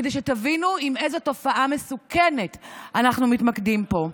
כדי שתבינו עם איזו תופעה מסוכנת אנחנו מתמודדים פה.